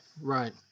Right